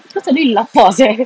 kau macam really lapar sia